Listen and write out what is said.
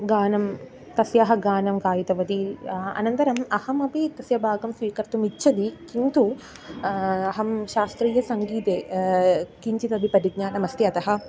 गानं तस्याः गानं गीतवती अनन्तरम् अहमपि तस्य भागं स्वीकर्तुम् इच्छति किन्तु अहं शास्त्रीयसङ्गीते किञ्चिदपि परिज्ञानमस्ति अतः